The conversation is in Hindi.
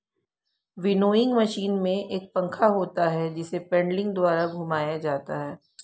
विनोइंग मशीन में एक पंखा होता है जिसे पेडलिंग द्वारा घुमाया जाता है